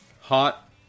hot